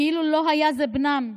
כאילו לא היה זה בנם,